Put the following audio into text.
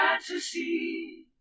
fantasy